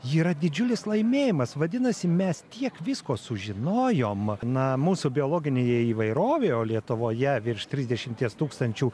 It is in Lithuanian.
yra didžiulis laimėjimas vadinasi mes tiek visko sužinojom na mūsų biologinėje įvairovėje o lietuvoje virš trisdešimties tūkstančių